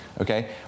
okay